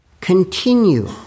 Continue